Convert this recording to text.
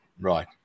right